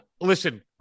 Listen